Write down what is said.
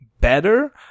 better